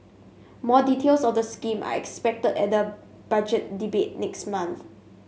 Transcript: more details of the scheme are expected at the Budget Debate next month